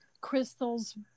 crystals